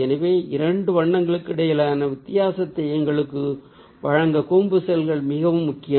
எனவே இரண்டு வண்ணங்களுக்கிடையிலான வித்தியாசத்தை எங்களுக்கு வழங்க கூம்பு செல்கள் மிகவும் முக்கியம்